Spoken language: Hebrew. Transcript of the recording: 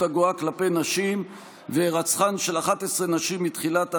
הגואה כלפי נשים והירצחן של 11 נשים מתחילת השנה,